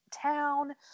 town